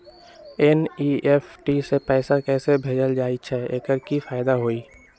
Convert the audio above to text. NEFT से पैसा कैसे भेजल जाइछइ? एकर की फायदा हई?